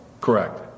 Correct